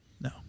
No